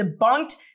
debunked